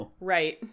Right